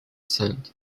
sand